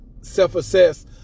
self-assess